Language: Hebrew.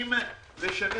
צריכים לשנס